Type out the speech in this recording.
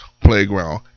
Playground